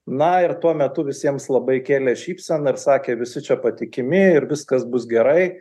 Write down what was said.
na ir tuo metu visiems labai kėlė šypseną ir sakė visi čia patikimi ir viskas bus gerai